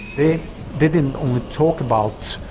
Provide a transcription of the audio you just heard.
they didn't only talk about